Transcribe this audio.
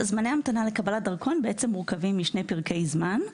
זמני המתנה לקבלת דרכון מורכבים משני פרקי זמן.